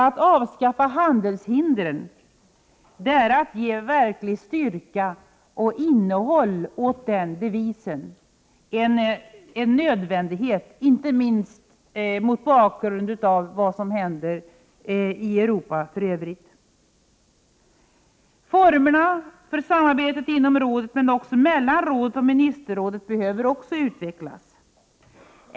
Att avskaffa handelshindren är att ge verklig styrka och innehåll åt den devisen. Det är en nödvändighet, inte minst mot bakgrund av vad som händer i Europa i övrigt. Formerna för samarbetet inom rådet men också mellan rådet och ministerrådet behöver också utvecklas.